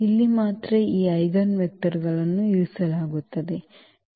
ಇಲ್ಲಿ ಮಾತ್ರ ಈ ಐಜೆನ್ ವೆಕ್ಟರ್ಗಳನ್ನು ಇರಿಸಲಾಗುತ್ತದೆ